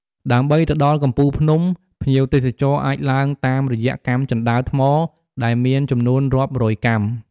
ដើម្បីទៅដល់កំពូលភ្នំ ភ្ញៀវទេសចរអាចឡើងតាមរយៈកាំជណ្ដើរថ្មដែលមានចំនួនរាប់រយកាំ។